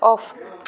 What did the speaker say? off